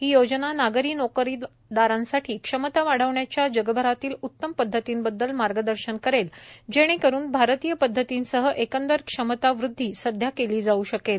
ही योजना नागरी नोकरदारांसाठी क्षमता वाढवण्याच्या जगभरातील उत्तम पद्धतींबद्दल मार्गदर्शन करेल जेणेकरून भारतीय पद्धतींसह एकंदर क्षमता वृद्धी सध्या केली जाऊ शकेल